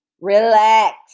Relax